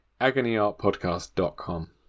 agonyartpodcast.com